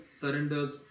surrenders